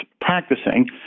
practicing